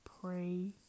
pray